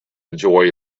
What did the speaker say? enjoy